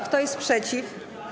Kto jest przeciw?